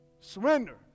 Surrender